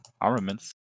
armaments